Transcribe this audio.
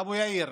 "אבו יאיר",